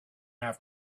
have